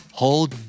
hold